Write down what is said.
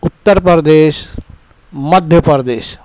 Uttar Pradesh Madhya Pradesh